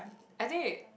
I think it